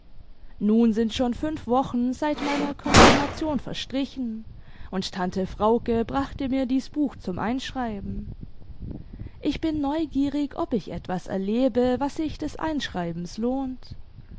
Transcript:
nim sind schon fünf wochen seit meiner konfirmation verstrichen und tante frauke brachte mir dies buch zum einschreiben ich bin neugierig ob ich etwas erlebe was sich des einschreibens lohnt